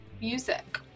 music